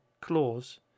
claws